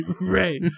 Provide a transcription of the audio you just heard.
Right